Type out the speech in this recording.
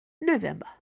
November